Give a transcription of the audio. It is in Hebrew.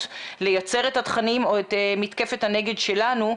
לייצר את התכנים או את מתקפת הנגד שלנו?